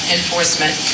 enforcement